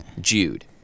Jude